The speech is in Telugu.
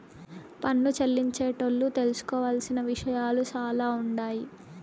పన్ను చెల్లించేటోళ్లు తెలుసుకోవలసిన విషయాలు సాలా ఉండాయి